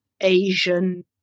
Asian